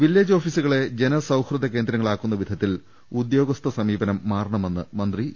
village ഓഫീസുകളെ ജനസൌഹൃദ കേന്ദ്രങ്ങളാക്കുന്ന തര ത്തിൽ ഉദ്യോഗസ്ഥ സമീപനം മാറണമെന്ന് മന്ത്രി ഇ